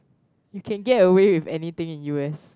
you can get away with anything in U_S